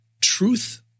truth